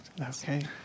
Okay